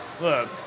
Look